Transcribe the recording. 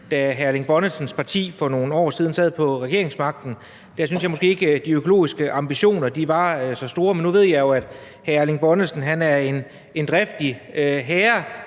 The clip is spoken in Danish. hr. Erling Bonnesens parti for nogle år siden sad på regeringsmagten, syntes jeg måske ikke at de økologiske ambitioner var så store. Men nu ved jeg jo, at hr. Erling Bonnesen er en driftig herre,